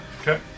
Okay